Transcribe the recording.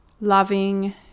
loving